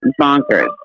bonkers